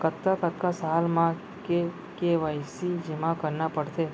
कतका कतका साल म के के.वाई.सी जेमा करना पड़थे?